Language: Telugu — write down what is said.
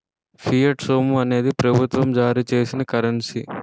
ఫియట్ సొమ్ము అనేది ప్రభుత్వం జారీ చేసిన కరెన్సీ